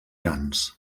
grans